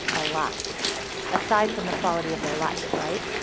a lot aside from the quality of their life, right.